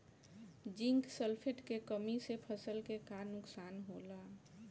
Zinc sulphate के कमी से फसल के का नुकसान होला?